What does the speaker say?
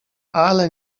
ale